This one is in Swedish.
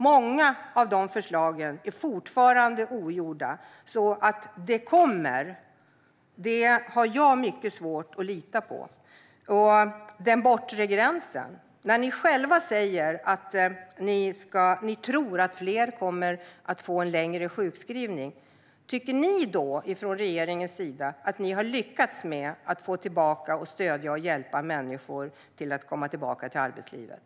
Många av de förslagen är fortfarande ogenomförda, så att "det kommer" har jag mycket svårt att lita på. När ni själva säger om den bortre gränsen att ni tror att fler kommer att få en längre sjukskrivning, tycker ni då från regeringens sida att ni har lyckats med att stödja och hjälpa människor att komma tillbaka till arbetslivet?